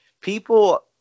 People –